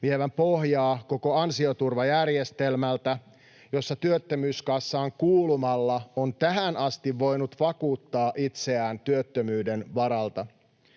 vievän pohjaa koko ansioturvajärjestelmältä, jossa työttömyyskassaan kuulumalla on tähän asti voinut vakuuttaa itseään työttömyyden varalta.